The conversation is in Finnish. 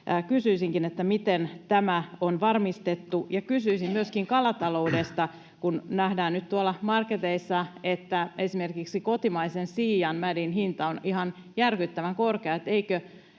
Kysyisinkin: miten tämä on varmistettu? Ja kysyisin myöskin kalataloudesta: kun nähdään nyt tuolla marketeissa, että esimerkiksi kotimaisen siianmädin hinta on ihan järkyttävän korkea,